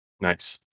Nice